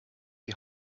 die